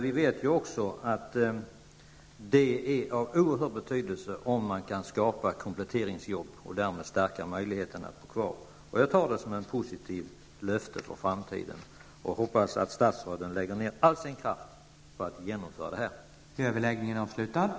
Vi vet också att det är av oerhört stor betydelse om man kan skapa kompletteringsjobb och därmed stärka människors möjligheter att bo kvar på landsbygden. Jag tar detta som ett positivt löfte för framtiden och hoppas att statsrådet lägger ned all sin kraft på att återinföra kvittningsrätten.